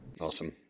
Awesome